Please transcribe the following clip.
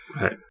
right